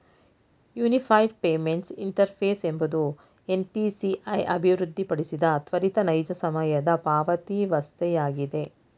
unified payments interface ಎಂಬುದು NPCI ಅಭಿವೃದ್ಧಿಪಡಿಸಿದ ತ್ವರಿತ ನೈಜ ಸಮಯದ ಪಾವತಿವಸ್ಥೆಯಾಗಿದೆ